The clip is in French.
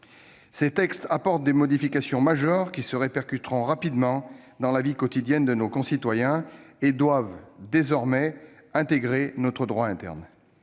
Ces textes apportent des modifications majeures, qui se répercuteront rapidement dans la vie quotidienne de nos concitoyens et doivent, désormais, s'inscrire dans notre droit interne.